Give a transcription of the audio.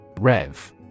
Rev